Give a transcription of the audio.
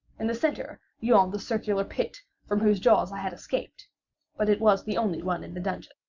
in the centre yawned the circular pit from whose jaws i had escaped but it was the only one in the dungeon.